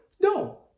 No